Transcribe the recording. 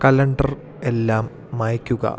calendar എല്ലാം മായ്ക്കുക